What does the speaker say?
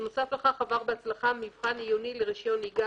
ובנוסף לכך עבר בהצלחה מבחן עיוני לרישיון נהיגה